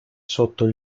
sotto